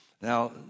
Now